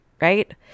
right